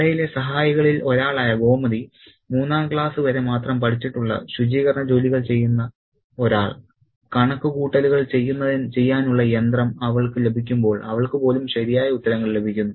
കടയിലെ സഹായികളിൽ ഒരാളായ ഗോമതി മൂന്നാം ക്ലാസ് വരെ മാത്രം പഠിച്ചിട്ടുള്ള ശുചികരണ ജോലികൾ ചെയ്യുന്ന ഒരാൾ കണക്ക് കൂട്ടലുകൾ ചെയ്യാനുള്ള യന്ത്രം അവൾക്ക് ലഭിക്കുമ്പോൾ അവൾക്ക് പോലും ശരിയായ ഉത്തരങ്ങൾ ലഭിക്കുന്നു